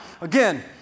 again